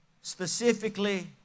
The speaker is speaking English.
specifically